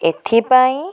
ଏଥିପାଇଁ